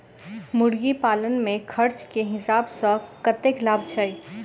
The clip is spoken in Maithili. मुर्गी पालन मे खर्च केँ हिसाब सऽ कतेक लाभ छैय?